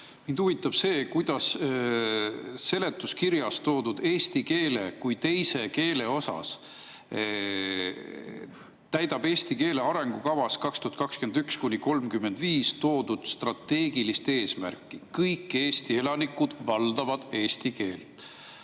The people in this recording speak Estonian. Mind huvitab see, kuidas seletuskirjas toodud eesti keele kui teise keele osa täidab "Eesti keele arengukavas 2021–2035" toodud strateegilist eesmärki: kõik Eesti elanikud valdavad eesti keelt.